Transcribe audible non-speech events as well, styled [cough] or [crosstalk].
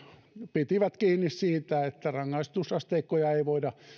pitivät kiinni siitä että rangaistusasteikkoja ei voida [unintelligible]